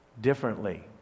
differently